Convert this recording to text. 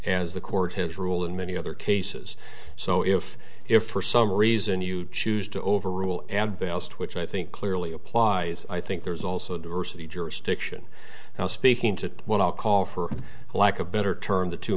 as the court has ruled in many other cases so if if for some reason you choose to overrule and ballsed which i think clearly applies i think there's also diversity jurisdiction now speaking to what i'll call for lack of better term the two